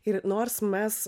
ir nors mes